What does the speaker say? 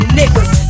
niggas